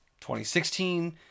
2016